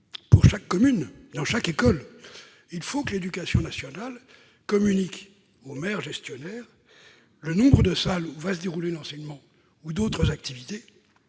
pour chaque commune, dans chaque école, il faut que l'éducation nationale communique aux maires gestionnaires le nombre de salles où se dérouleront l'enseignement ou d'autres activités,